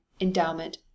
endowment